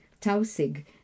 tausig